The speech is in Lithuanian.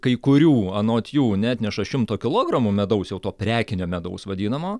kai kurių anot jų neatneša šimto kilogramų medaus jau to prekinio medaus vadinamo